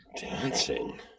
Dancing